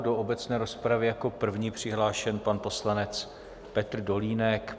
Do obecné rozpravy je jako první přihlášen pan poslanec Petr Dolínek.